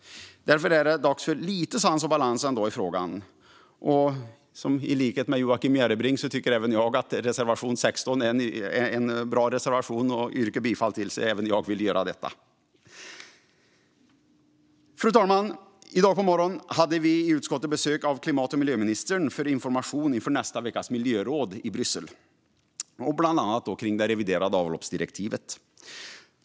Det är därför dags för lite sans och balans i frågan. I likhet med Joakim Järrebring tycker även jag att reservation 16 är en bra reservation att yrka bifall till, och även jag vill göra detta. Fru talman! I dag på morgonen hade vi i utskottet besök av klimat och miljöministern för information inför nästa veckas miljöråd i Bryssel, bland annat om det reviderade avloppsdirektivet.